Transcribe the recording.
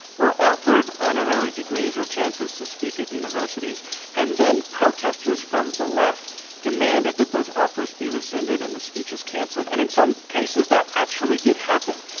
were offered honorary degrees or chances to speak at u niversities and then protesters from the left demanded that those offers be rescinded and the speeches canceled. and in some cases, that actually did happen.